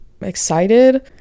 excited